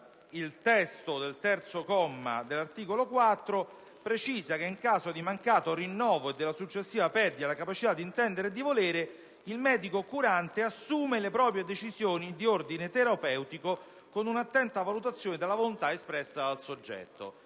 il testo del terzo comma dell'articolo 4, ma precisa che «in caso di mancato rinnovo e della successiva perdita della capacità di intendere e di volere, il medico curante assume le proprie decisioni di ordine terapeutico con un'attenta valutazione della volontà espressa dal soggetto».